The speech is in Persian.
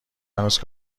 هنوز